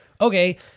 okay